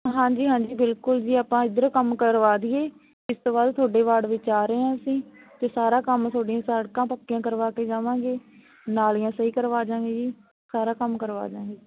ਹਾਂਜੀ ਹਾਂਜੀ ਬਿਲਕੁਲ ਜੀ ਆਪਾਂ ਇੱਧਰੋਂ ਕੰਮ ਕਰਵਾ ਦਈਏ ਇਸ ਤੋਂ ਬਾਅਦ ਤੁਹਾਡੇ ਵਾਰਡ ਵਿੱਚ ਆ ਰਹੇ ਹਾਂ ਅਸੀਂ ਅਤੇ ਸਾਰਾ ਕੰਮ ਤੁਹਾਡੀਆਂ ਸੜਕਾਂ ਪੱਕੀਆਂ ਕਰਵਾ ਕੇ ਜਾਵਾਂਗੇ ਨਾਲੀਆਂ ਸਹੀ ਕਰਵਾ ਜਾਂਗੇ ਜੀ ਸਾਰਾ ਕੰਮ ਕਰਵਾ ਦਾਂਗੇ